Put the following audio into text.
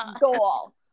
goal